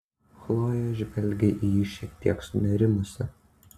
chlojė žvelgė į jį šiek tiek sunerimusi